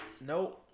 No